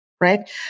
Right